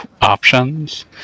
options